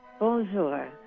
Bonjour